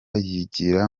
yigira